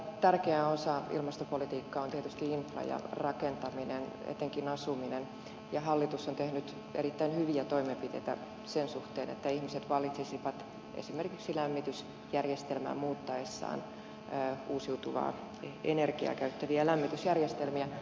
tärkeä osa ilmastopolitiikkaa on tietysti infra ja rakentaminen etenkin asuminen ja hallitus on tehnyt erittäin hyviä toimenpiteitä sen suhteen että ihmiset valitsisivat esimerkiksi lämmitysjärjestelmää muuttaessaan uusiutuvaa energiaa käyttäviä lämmitysjärjestelmiä